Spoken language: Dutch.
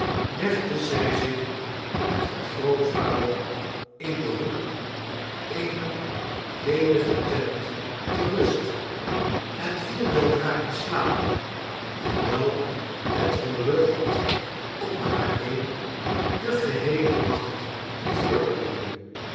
legde zij zich met haar grootvader in den hoek eener ledige tent te rust en viel weldra in slaap hoewel het gerucht om haar heen den geheelen nacht voortduurde